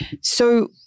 So-